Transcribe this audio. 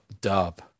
dub